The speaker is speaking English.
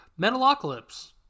Metalocalypse